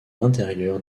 intérieure